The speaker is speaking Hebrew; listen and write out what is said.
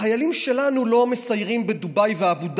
החיילים שלנו לא מסיירים בדובאי ואבו דאבי,